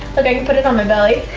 okay, put it on my belly.